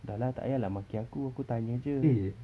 dah lah tak payah lah maki aku aku tanya jer